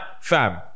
fam